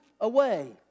away